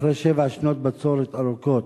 אחרי שבע שנות בצורת ארוכות,